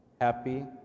Happy